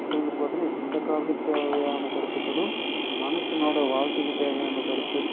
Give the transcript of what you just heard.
இது வந்துவிட்டு பார்த்தீங்கன்னா இந்த காலத்துக்கு தேவையான கருத்துக்களும் மனுசனோட வாழ்க்கைக்கு தேவையான கருத்து